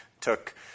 took